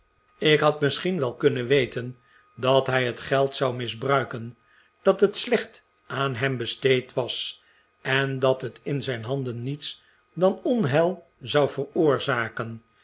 ik had misschien wel kunnen weten dat hij het geld zou misbruiken dat het slecht aan hem besteed was en dat het in zijn handen niets dan onheil zou veroorzaken